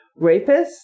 Rapists